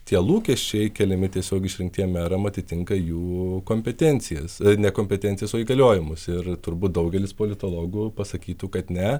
tie lūkesčiai keliami tiesiogiai išrinktiem meram atitinka jų kompetencijas nekompetencijos o įgaliojimus ir turbūt daugelis politologų pasakytų kad ne